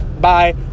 Bye